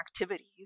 activities